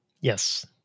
Yes